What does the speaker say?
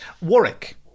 Warwick